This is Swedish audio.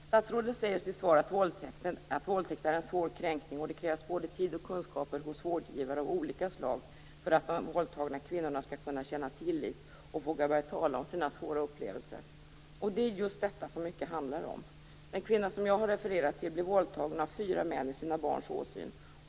Statsrådet säger i sitt svar att våldtäkt är en svår kränkning och att det krävs både tid och kunskaper hos vårdgivare av olika slag för att de våldtagna kvinnorna skall kunna känna tillit och våga börja tala om sina svåra upplevelser. Det är just detta som mycket handlar om. Den kvinna som jag har refererat till blev våldtagen av fyra män i sina barns åsyn.